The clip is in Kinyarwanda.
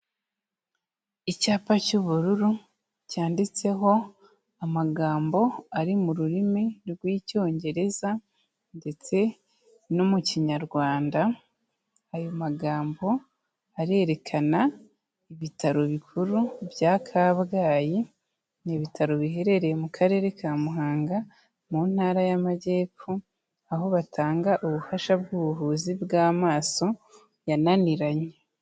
Icyapa cy'ubururu cyanditseho amagambo ari mu rurimi rw'Icyongereza ndetse no mu Kinyarwanda, ayo magambo arerekana ibitaro bikuru bya Kabgayi, ni ibitaro biherereye mu Karere ka Muhanga, mu Ntara y'Amajyepfo, aho batanga ubufasha bw'ubuvuzi bw'amaso yananiranye.